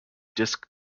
disk